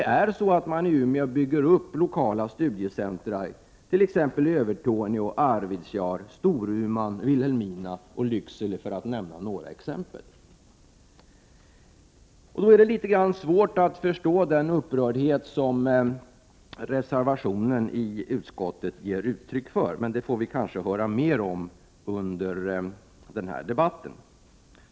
Från Umeå bygger man upp lokala studiecentra i Övertorneå, Arvidsjaur, Storuman, Vilhelmina och Lycksele, för att nämna några exempel. Då är det litet svårt att förstå den upprördhet Prot. 1988/89:104 som reservationen i utskottet ger uttryck för, men det får vi kanske höra mer 26 april 1989 om under den här debatten.